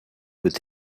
with